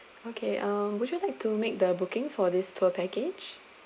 okay um would you like to make the booking for this tour package